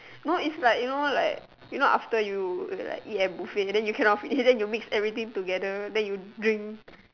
no it's like you know like after you eat like buffet then you cannot finish then you mix everything together then you drink